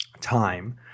time